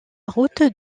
route